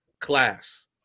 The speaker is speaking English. class